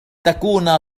تكون